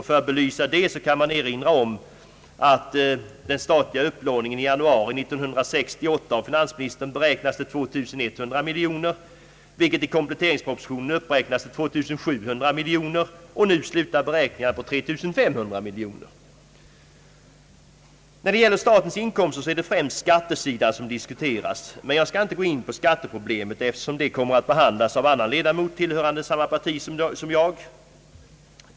För att belysa detta kan man erinra om att den statliga upplåningen i januari 1968 av finansministern beräknades till 2 100 miljoner kronor, vilket i kompletteringspropositionen uppräknades till 2 700 miljoner medan beräkningarna nu slutar på 3500 miljoner kronor. När det gäller statens inkomster är det främst skattesidan som diskuteras, men jag skall inte gå in på skatteproblemet eftersom detta kommer att behandlas av annan ledamot tillhörande samma parti som jag.